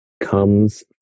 comes